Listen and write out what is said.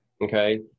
Okay